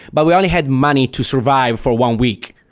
but we only had money to survive for one week.